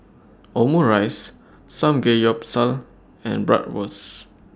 Omurice Samgeyopsal and Bratwurst